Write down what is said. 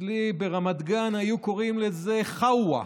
אצלי ברמת גן היו קוראים לזה חאווה,